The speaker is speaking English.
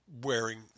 wearing